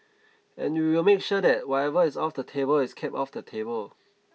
and we will make sure that whatever is off the table is kept off the table